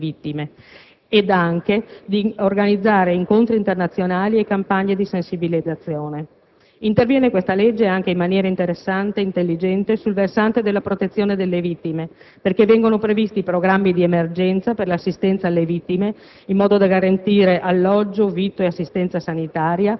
origine di questi bambini vittime ed anche di organizzare incontri internazionali e campagne di sensibilizzazione. Interviene, questa legge, anche in maniera interessante ed intelligente sul versante della protezione delle vittime, perché vengono previsti programmi d'emergenza per l'assistenza alle vittime, in modo da garantire alloggio, vitto